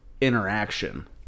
interaction